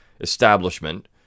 establishment